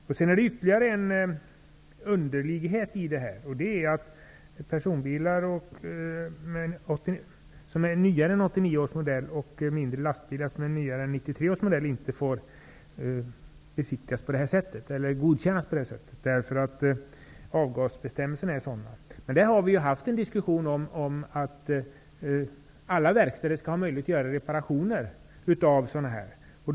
Sedan finns det ytterligare en underlighet i detta, nämligen att personbilar som är nyare än 89-års modell och mindre lastbilar som är nyare än 93-års modell inte får godkännas på det här sättet därför att avgasbestämmelserna är sådana. Vi har ju haft en diskussion om att alla verkstäder skall ha möjlighet att göra sådana reparationer.